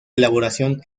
elaboración